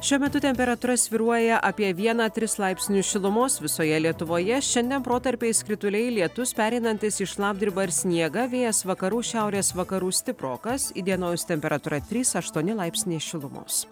šiuo metu temperatūra svyruoja apie vieną tris laipsnių šilumos visoje lietuvoje šiandien protarpiais krituliai lietus pereinantis į šlapdribą ir sniegą vėjas vakarų šiaurės vakarų stiprokas įdienojus temperatūra trys aštuoni laipsniai šilumos